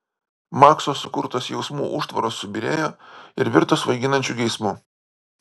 makso sukurtos jausmų užtvaros subyrėjo ir virto svaiginančiu geismu